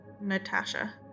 Natasha